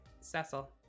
Cecil